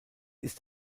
ist